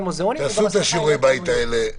תעשו את שיעורי הבית האלה.